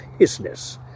Hisness